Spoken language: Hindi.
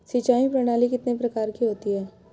सिंचाई प्रणाली कितने प्रकार की होती हैं?